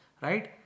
right